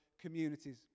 communities